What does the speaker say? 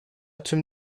tüm